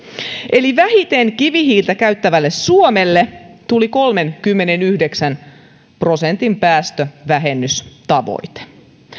eli vähiten kivihiiltä käyttävälle suomelle tuli kolmenkymmenenyhdeksän prosentin päästövähennystavoite